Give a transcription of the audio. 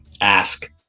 ask